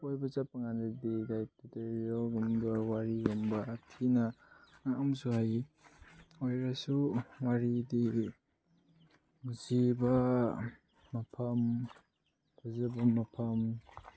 ꯀꯣꯏꯕ ꯆꯠꯄꯀꯥꯟꯗꯗꯤ ꯂꯥꯏꯛ ꯋꯥꯔꯤꯒꯨꯝꯕ ꯊꯤꯅ ꯑꯃꯁꯨ ꯍꯥꯏꯒꯦ ꯑꯣꯏꯔꯁꯨ ꯋꯥꯔꯤꯗꯤ ꯅꯨꯡꯁꯤꯕ ꯃꯐꯝ ꯐꯖꯕ ꯃꯐꯝ